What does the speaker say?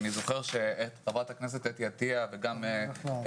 אני זוכר שחברת הכנסת אתי עטייה וגם חבר הכנסת